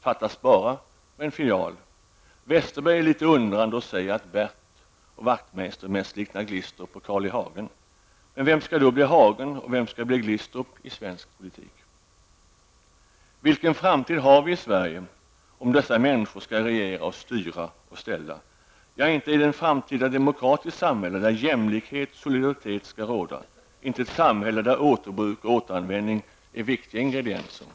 Fattas bara annat med en filial! Westerberg är litet undrande och säger att Bert och Wachtmeister mest liknar Glistrup och Carl I Hagen. Men vem skall då bli Hagen och vem skall bli Glistrup i svensk politik? Vilken framtid har Sverige, om dessa människor skall regera och styra och ställa? Ja, inte är det ett framtida demokratiskt samhälle, där jämlikhet och solidaritet skall råda, inte ett samhälle där återbruk och återanvändning är viktiga ingredienser.